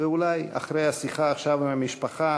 ואולי אחרי השיחה עכשיו עם המשפחה